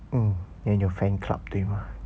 mm then 有 fan club 对吗